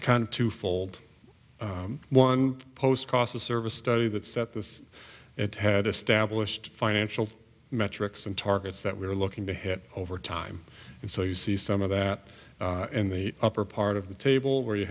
kind of twofold one post cost of service study that said this it had established financial metrics and targets that we're looking to hit over time and so you see some of that in the upper part of the table where you